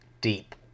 deep